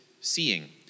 seeing